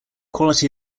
quality